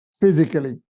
physically